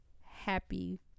happy